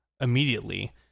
immediately